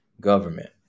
government